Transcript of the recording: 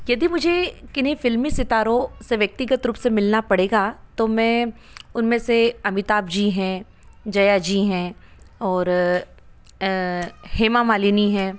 यदि मुझे किन्ही फ़िल्मी सितारों से व्यक्तिगत रूप से मिलना पड़ेगा तो मैं उनमे से अमिताभ जी हैं जया जी हैं और हेमा मालिनी है